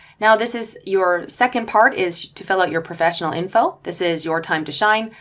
now this is your second part is to fill out your professional info, this is your time to shine,